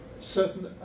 certain